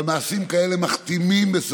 אבל מעשים כאלה מכתימים.